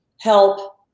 help